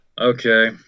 Okay